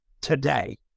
today